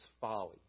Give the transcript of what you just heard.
folly